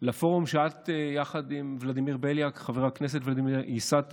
לפורום שיחד עם חבר הכנסת ולדימיר בליאק ייסדת